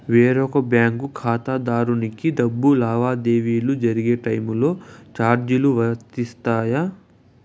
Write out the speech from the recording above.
వేరొక బ్యాంకు ఖాతా ఖాతాదారునికి డబ్బు లావాదేవీలు జరిగే టైములో చార్జీలు వర్తిస్తాయా?